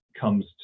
comes